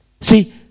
see